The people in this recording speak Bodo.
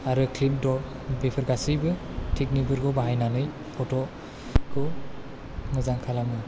आरो क्लिप थ' बेफोर गासैबो थेकनिक फोरखौ बाहायनानै फथ' खौ मोजां खालामो